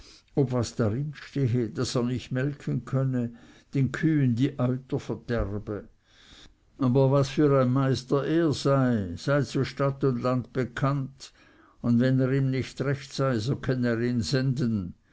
ob was darin stehe daß er nicht melken könne den kühen die euter verderbe aber was für ein meister er sei sei zu stadt und land bekannt und wenn er ihm nicht recht sei könne er ihn senden